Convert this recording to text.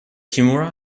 kimura